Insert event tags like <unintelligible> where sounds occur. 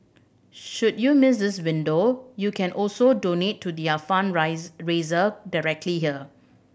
should you miss this window you can also donate to their <unintelligible> directly here